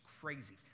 crazy